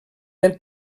del